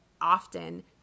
often